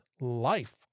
life